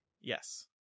Yes